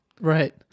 right